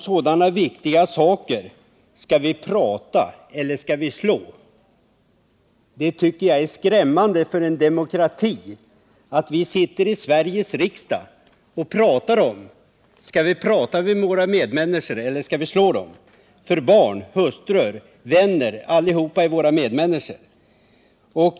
Jag tycker det är skrämmande för demokratin att vi sitter i Sveriges riksdag och diskuterar: Skall vi prata med våra medmänniskor eller skall vi slå dem? Barn, hustrur, vänner —alla är våra medmänniskor.